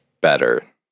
better